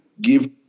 give